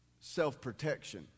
self-protection